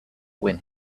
when